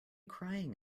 crying